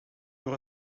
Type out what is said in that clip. door